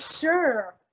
Sure